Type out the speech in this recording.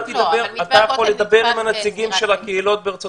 אתה יכול לדבר עם הנציגים של הקהילות בארצות